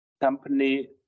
company